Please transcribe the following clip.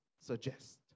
suggest